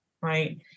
right